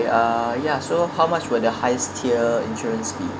uh yeah so how much will the highest tier insurance be